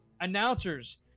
announcers